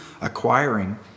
acquiring